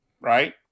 right